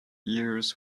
ears